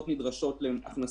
מדובר.